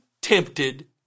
tempted